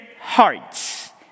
hearts